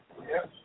Yes